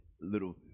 little –